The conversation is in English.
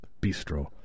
Bistro